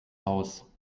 haus